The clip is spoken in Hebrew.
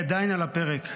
היא עדיין על הפרק.